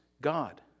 God